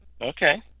Okay